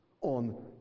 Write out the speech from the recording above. on